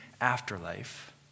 afterlife